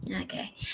Okay